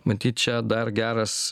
matyt čia dar geras